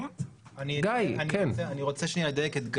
אני רוצה שנייה לדייק את גיא.